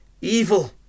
evil